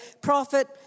prophet